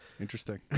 Interesting